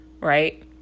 right